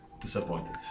Disappointed